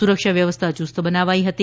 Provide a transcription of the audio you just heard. સુરક્ષા વ્યવસ્થા યુસ્ત બનાવાઇ હતી